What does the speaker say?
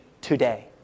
today